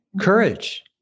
Courage